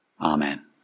Amen